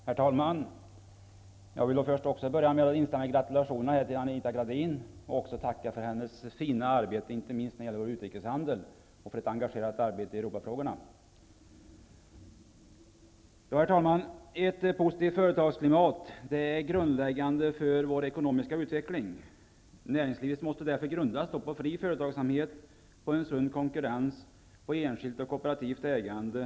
Herr talman! Jag vill först instämma i gratulationerna till Anita Gradin och också tacka för hennes fina arbete, inte minst när det gäller vår utrikeshandel och för ett engagerat arbete i Herr talman! Ett positivt företagsklimat är grundläggande för vår ekonomiska utveckling. Näringslivet måste grundas på en fri företagsamhet och en sund konkurrens och på enskilt och kooperativt ägande.